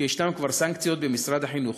כי יש כבר סנקציות במשרד החינוך.